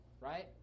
Right